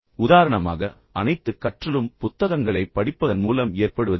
உதாரணமாக அனைத்து கற்றலும் புத்தகங்களைப் படிப்பதன் மூலம் ஏற்படுவதில்லை